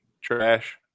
trash